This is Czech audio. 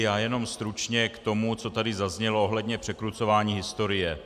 Já jen stručně k tomu, co tady zaznělo ohledně překrucování historie.